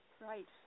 Right